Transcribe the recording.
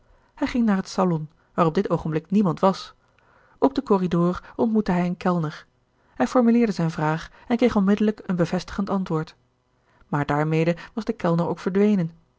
hij ging naar het salon waar op dit oogenblik niemand was op den corridor ontmoette hij een kellner hij formuleerde zijne vraag en kreeg onmiddelijk een bevestigend antwoord maar daarmede was de kellner ook verdwenen